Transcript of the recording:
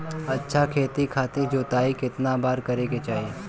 अच्छा खेती खातिर जोताई कितना बार करे के चाही?